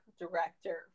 director